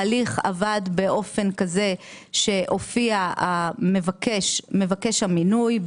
ההליך עבד באופן כזה שהופיע מבקש המינוי,